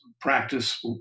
practice